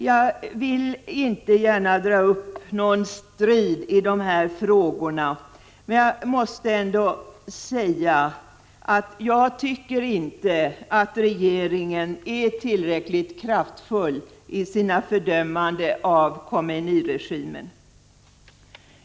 Jag villinte gärna dra upp någon strid i dessa frågor, men jag måste säga att jag inte tycker att regeringen är tillräckligt kraftfull i sina fördömanden av Khomeini-regimen.